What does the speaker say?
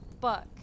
book